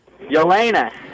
Yelena